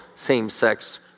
same-sex